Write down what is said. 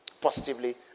positively